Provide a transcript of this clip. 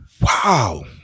Wow